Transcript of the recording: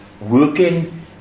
working